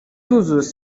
cyuzuzo